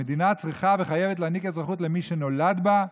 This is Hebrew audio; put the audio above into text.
המדינה צריכה וחייבת להעניק אזרחות למי שנולד בה,